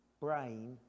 brain